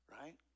right